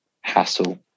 hassle